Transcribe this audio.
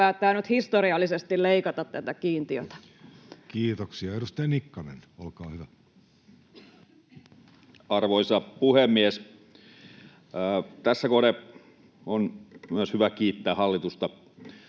päättää nyt historiallisesti leikata tätä kiintiötä. Kiitoksia. — Edustaja Nikkanen, olkaa hyvä. Arvoisa puhemies! Tässä kohden on myös hyvä kiittää hallitusta